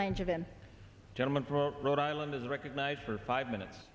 given gentleman from rhode island is recognized for five minutes